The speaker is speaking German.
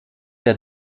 der